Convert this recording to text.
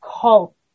Cult